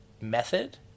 method